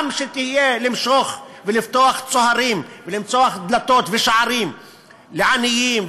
גם למשוך ולפתוח צהרים ולפתוח דלתות ושערים לעניים,